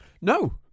No